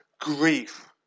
grief